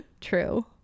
True